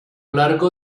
largo